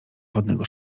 wodnego